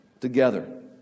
Together